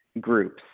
groups